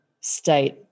state